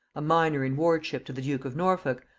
a minor in wardship to the duke of norfolk,